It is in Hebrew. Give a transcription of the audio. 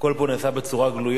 הכול פה נעשה בצורה גלויה.